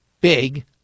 big